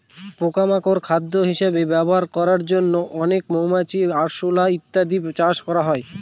পোকা মাকড় খাদ্য হিসেবে ব্যবহার করার জন্য অনেক মৌমাছি, আরশোলা ইত্যাদি চাষ করা হয়